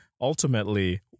ultimately